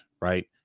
right